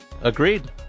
Agreed